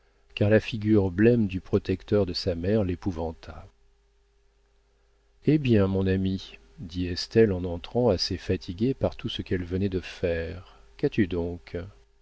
car la figure blême du protecteur de sa mère l'épouvanta eh bien mon ami dit estelle en entrant assez fatiguée par tout ce qu'elle venait de faire qu'as-tu donc